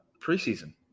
Preseason